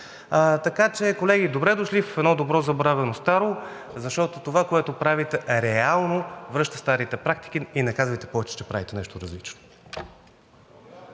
Така че, колеги, добре дошли в едно добро забравено старо, защото това, което правите, реално връща старите практики и не казвайте повече, че правите нещо различно.